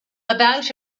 about